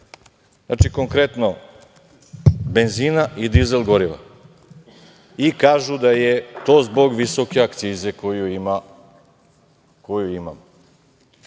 znači, konkretno, benzina i dizel goriva i kažu da je to zbog visoke akcize koju imamo. Što